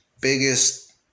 biggest